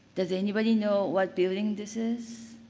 does anybody know what building this is?